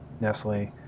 Nestle